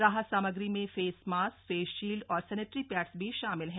राहत सामग्री में फेस्क मास्क फेस शील्ड और सैनेटरी पैड्स भी शामिल है